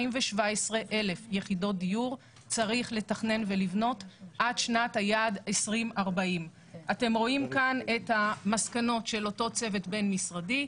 217,000 יחידות דיור יש לבנות עד שנת היעד 2040. אתם רואים כאן את המסקנות של הצוות הבין-משרדי.